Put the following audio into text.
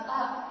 up